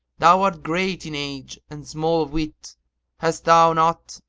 thou art great in age and small of wit hast thou not,